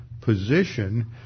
position